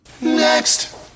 next